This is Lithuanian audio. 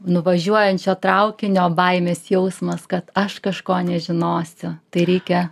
nuvažiuojančio traukinio baimės jausmas kad aš kažko nežinosiu tai reikia